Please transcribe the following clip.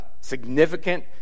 significant